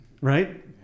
right